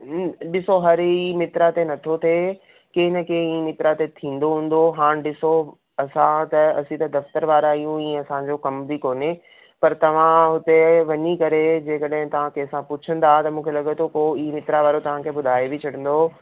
हम्म ॾिसो हरी मित्र ते नथो थिए की न की ई मित्र ते थींदो हूंदो हाणे ॾिसो असां त असीं त दफ़्तर वारा आहियूं ई असांजो कमु बि कोने पर तव्हां हुते वञी करे जे कॾहिं तव्हां कंहिं सां पुछंदा त मूंखे लॻे थो को ई मित्र वारो तव्हांखे ॿुधाए बि छॾंदो